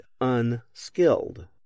unskilled